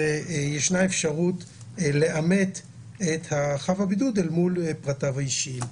וישנה אפשרות לאמת את חב הבידוד אל מול פרטיו האישיים.